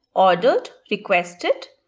ordered, requested,